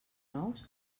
nous